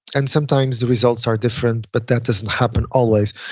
and sometimes the results are different, but that doesn't happen always.